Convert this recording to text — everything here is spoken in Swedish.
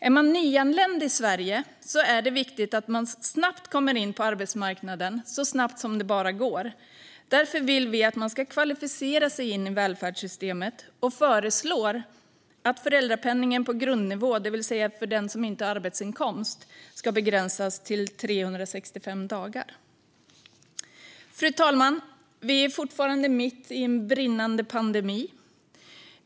Är man nyanländ i Sverige är det viktigt att man kommer in på arbetsmarknaden så snabbt som det bara går. Därför vill vi att man ska kvalificera sig in i välfärdssystemet och föreslår att föräldrapenningen på grundnivå, det vill säga för den som inte har en arbetsinkomst, begränsas till 365 dagar. Fru talman! Vi är fortfarande mitt i en brinnande pandemi.